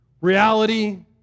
reality